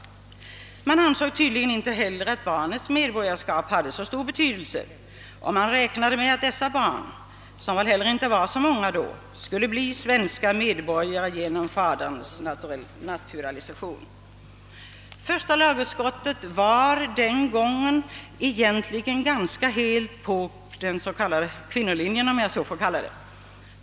Tydligen ansågs inte heller barnets medborgarskap ha så stor betydelse, och man räknade med att dessa barn, som då inte var så många, skulle bli svenska medborgare genom faderns naturalisation. Första lagutskottet var den gången egentligen helt inne på den s.k. kvinnolinjen.